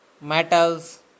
metals